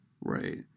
Right